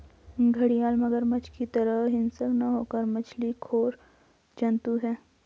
घड़ियाल मगरमच्छ की तरह हिंसक न होकर मछली खोर जंतु है